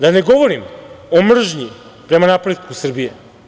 Ne bih da govorim o mržnji prema napretku Srbije.